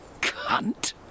cunt